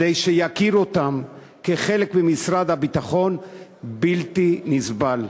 כדי שיכירו אותן כחלק ממשרד הביטחון הוא בלתי נסבל.